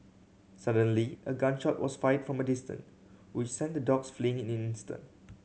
suddenly a gun shot was fired from a distance which sent the dogs fleeing in an instant